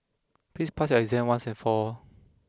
please pass your exam once and for all